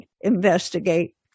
investigate